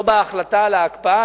לא בהחלטה על ההקפאה,